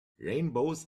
rainbows